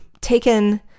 taken